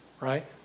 right